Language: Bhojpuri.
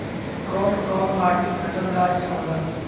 कौन कौनमाटी फसल ला अच्छा होला?